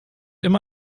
immer